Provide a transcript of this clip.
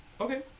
Okay